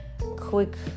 quick